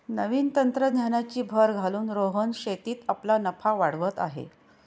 नवीन तंत्रज्ञानाची भर घालून रोहन शेतीत आपला नफा वाढवत आहे